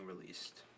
released